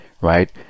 right